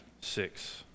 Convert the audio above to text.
six